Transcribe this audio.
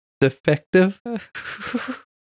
defective